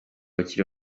abakiri